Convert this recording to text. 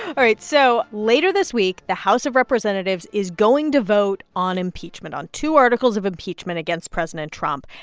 all right, so later this week, the house of representatives is going to vote on impeachment, on two articles of impeachment against president trump.